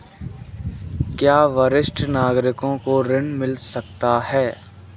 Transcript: क्या वरिष्ठ नागरिकों को ऋण मिल सकता है?